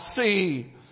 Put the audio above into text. see